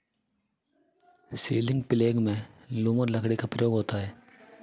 ceiling प्लेग में lumber लकड़ी का प्रयोग होता है